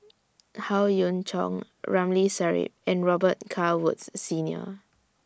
Howe Yoon Chong Ramli Sarip and Robet Carr Woods Senior